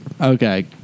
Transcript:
Okay